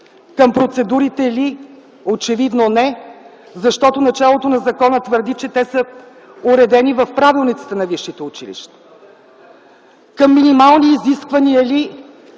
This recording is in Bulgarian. към процедурите ли? Очевидно не, защото началото на закона твърди, че те са уредени в правилниците на висшите училища. Към минимални изисквания ли,